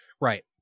Right